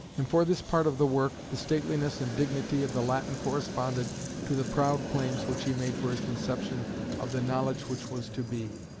and for this part of the work, the stateliness and dignity of the latin corresponded to the proud claims which he made for his conception of the knowledge which was to be.